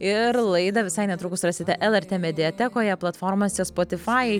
ir laidą visai netrukus rasite lrt mediatekoje platformose sptifai